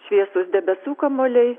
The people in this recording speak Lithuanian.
šviesūs debesų kamuoliai